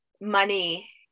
money